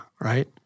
Right